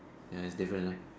ya it's different lah